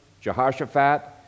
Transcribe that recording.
Jehoshaphat